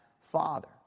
Father